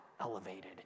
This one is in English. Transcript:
elevated